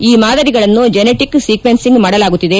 ಈ ಮಾದರಿಗಳನ್ನು genetic sequencing ಮಾಡಲಾಗುತ್ತಿದೆ